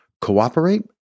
cooperate